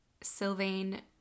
Sylvain